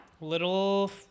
Little